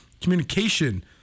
communication